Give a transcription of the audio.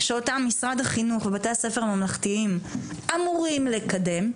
שאותם משרד החינוך ובתי הספר הממלכתיים אמורים לקדם,